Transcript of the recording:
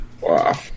Wow